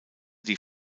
die